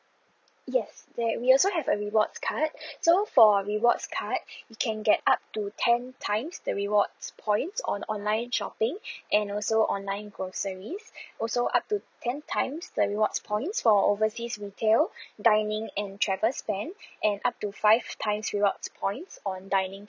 yes there we also have a rewards card so for rewards card you can get up to ten times the rewards points on online shopping and also online groceries also up to ten times the rewards points for overseas retail dining in travel span and up to five times rewards points on dining